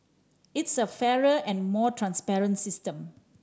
it's a fairer and more transparent system